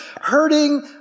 hurting